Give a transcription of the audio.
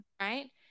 right